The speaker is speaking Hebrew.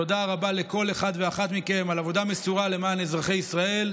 תודה רבה לכל אחד ואחת מכם על עבודה מסורה למען אזרחי ישראל.